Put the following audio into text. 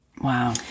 Wow